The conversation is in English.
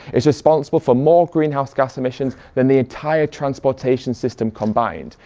it's responsible for more greenhouse gas emissions than the entire transportation system combined.